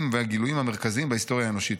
והגילויים המרכזיים בהיסטוריה האנושית'.